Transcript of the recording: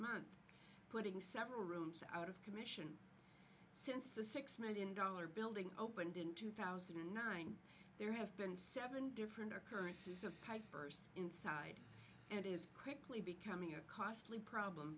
month putting several rooms out of commission since the six million dollar building opened in two thousand and nine there have been seven different occurrences of pipe burst inside and is quickly becoming a costly problem